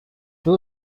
two